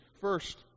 first